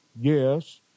Yes